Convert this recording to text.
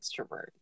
extrovert